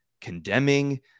condemning